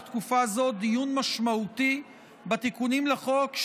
תקופה זו דיון משמעותי בתיקונים לחוק,